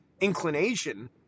inclination